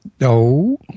No